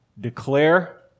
declare